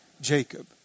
Jacob